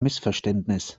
missverständnis